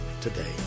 today